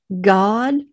God